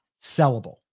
sellable